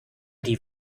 die